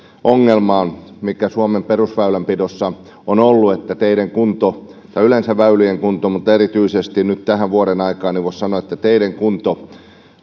ongelmaan mikä suomen perusväylänpidossa on ollut että teiden kunto tai yleensä väylien kunto mutta erityisesti nyt tähän vuodenaikaan voisi sanoa että teiden kunto